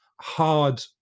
hard